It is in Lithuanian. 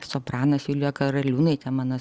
sopranas julija karaliūnaitė mano